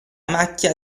macchia